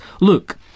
Look